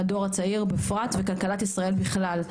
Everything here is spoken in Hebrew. על הדור הצעיר בפרט וכלכלת ישראל בכלל,